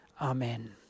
Amen